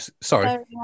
Sorry